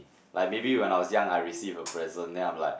like maybe when I was young I receive a present then I am like